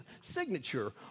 signature